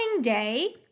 day